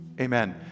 Amen